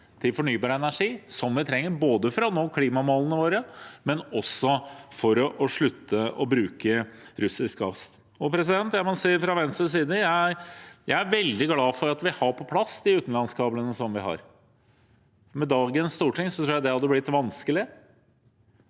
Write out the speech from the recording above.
til fornybar energi som vi trenger, både for å nå klimamålene våre og for å slutte å bruke russisk gass. Fra Venstres side må jeg si at jeg er veldig glad for at vi har på plass de utenlandskablene som vi har. Med dagens storting tror jeg det hadde blitt vanskelig.